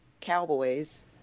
cowboys